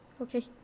Okay